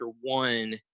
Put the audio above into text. one